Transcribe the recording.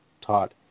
taught